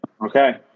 Okay